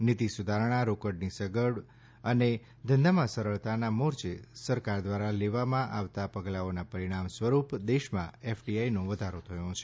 નીતિ સુધારણા રોકાણની સગવડ અને ધંધામાં સરળતાના મોરચે સરકાર દ્વારા લેવામાં આવતા પગલાઓના પરિણામ સ્વરૂપ દેશમાં એફડીઆઈનો વધારો થયો છે